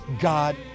God